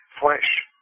flesh